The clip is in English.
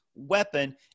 weapon